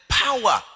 power